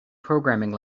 programming